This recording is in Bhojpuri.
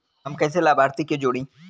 हम कइसे लाभार्थी के जोड़ी?